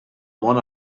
món